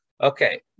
okay